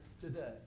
today